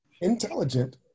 intelligent